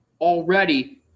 already